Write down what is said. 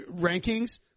rankings